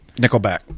Nickelback